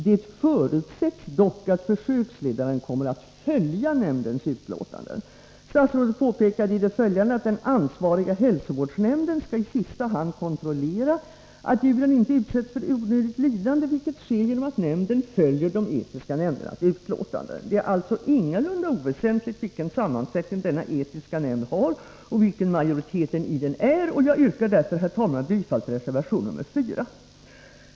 Det förutsätts dock att försöksledaren kommer att följa nämndens utlåtanden.” Statsrådet påpekade i det följande att i sista hand den ansvariga hälsovårdsnämnden skall kontrollera att djuren inte utsätts onödigt lidande, vilket sker genom att nämnden följer den etiska nämndens utlåtanden. Det är alltså ingalunda oväsentligt vilken sammansättning denna etiska nämnd har och vilken majoriteten i den är. Jag yrkar därför bifall till reservation nr 4.